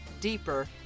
deeper